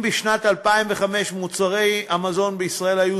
אם בשנת 2005 מוצרי המזון בישראל היו